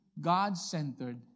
God-centered